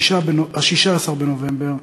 16 בנובמבר,